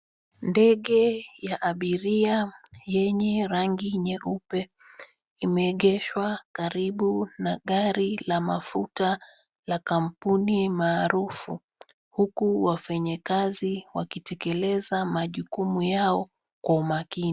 Ndege ya abiria yenye rangi nyeupe, imeegeshwa karibu na gari la mafuta la kampuni maarufu, huku wafanyakazi wakitekeleza majukumu yao kwa umakini.